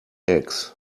eggs